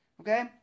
Okay